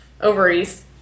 ovaries